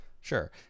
Sure